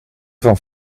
van